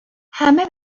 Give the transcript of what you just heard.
همه